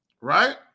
Right